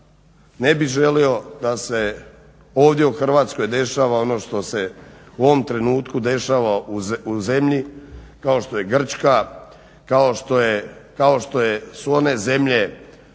ne bih želio da se ovdje u Hrvatskoj dešava ono što se u ovom trenutku dešava u zemlji kao što je Grčka, kao što su one zemlje